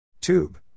Tube